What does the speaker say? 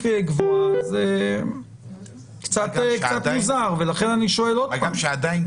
גבוה זה קצת מוזר ולכן אני שואל עוד פעם --- עדיין,